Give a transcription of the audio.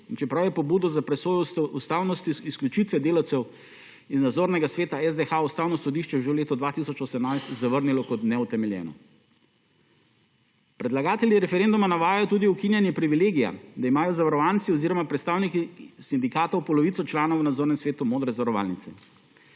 in čeprav je pobudo za presojo ustavnosti izključitve delavcev in nadzornega sveta SDH Ustavno sodišče že leta 2018 zavrnilo kot neutemeljeno. Predlagatelji referenduma navajajo tudi ukinjanje privilegija, da imajo zavarovanci oziroma predstavniki sindikatov polovico članov v nadzornem svetu Modre zavarovalnice.